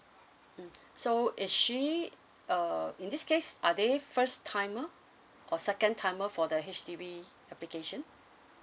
mm so is she err in this case are they first timer or second timer for the H_D_B application